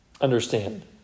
understand